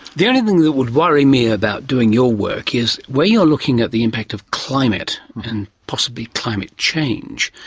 the only thing that would worry me about doing your work is when you're looking at the impact of climate and possibly climate change,